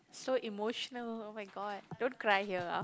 so emotional !oh-my-god! don't cry here ah